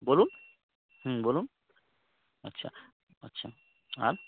বলুন হুম বলুন আচ্ছা আচ্ছা আর